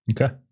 Okay